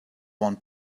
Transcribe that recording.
one